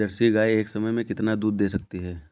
Jersey गाय एक समय में कितना दूध दे सकती है?